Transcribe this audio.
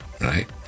right